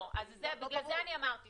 לא, בגלל זה אני אמרתי.